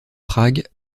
prague